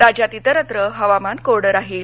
राज्यात इतरत्र हवामान कोरडं राहील